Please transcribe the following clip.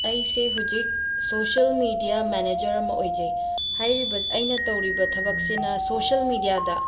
ꯑꯩꯁꯦ ꯍꯧꯖꯤꯛ social media manager ꯑꯃ ꯑꯣꯏꯖꯩ ꯍꯥꯏꯔꯤꯕ ꯑꯩꯅ ꯇꯧꯔꯤꯕ ꯊꯕꯛꯁꯤꯅ ꯁꯣꯁ꯭ꯌꯜ ꯃꯤꯗ꯭ꯌꯥꯗ